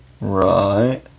Right